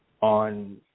on